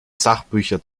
sachbücher